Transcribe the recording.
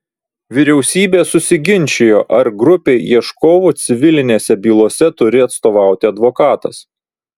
vyriausybė susiginčijo ar grupei ieškovų civilinėse bylose turi atstovauti advokatas